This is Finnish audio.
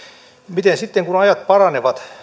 miten sitten kun ajat paranevat